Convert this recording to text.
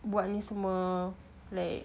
buat ni semua like